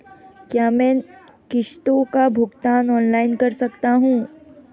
क्या मैं किश्तों का भुगतान ऑनलाइन कर सकता हूँ?